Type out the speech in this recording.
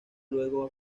luego